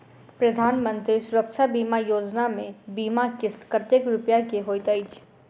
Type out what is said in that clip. प्रधानमंत्री सुरक्षा बीमा योजना मे बीमा किस्त कतेक रूपया केँ होइत अछि?